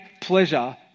pleasure